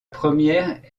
première